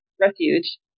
refuge